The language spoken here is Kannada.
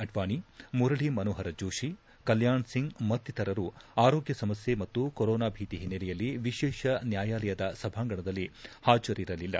ಅಡ್ಡಾಣಿ ಮುರಳೀಮನೋಹರ್ ಜೋಶಿ ಕಲ್ಕಾಣ್ ಸಿಂಗ್ ಮತ್ತಿತರರು ಆರೋಗ್ಯ ಸಮಸ್ಯ ಮತ್ತು ಕೊರೋನಾ ಭೀತಿ ಹಿನ್ನೆಲೆಯಲ್ಲಿ ವಿಶೇಷ ನ್ಯಾಯಾಲಯದ ಸಭಾಂಗಣದಲ್ಲಿ ಪಾಜರಿರಲಿಲ್ಲ